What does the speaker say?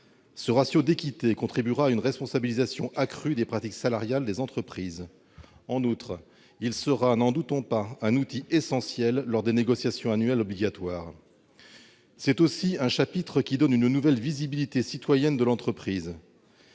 Ce ratio d'équité contribuera à une responsabilisation accrue des pratiques salariales des entreprises. En outre, il sera, n'en doutons pas, un outil essentiel lors des négociations annuelles obligatoires. C'est aussi un chapitre qui donne une nouvelle visibilité citoyenne à l'entreprise.